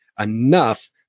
enough